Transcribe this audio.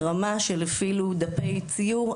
ברמה של דפי ציור,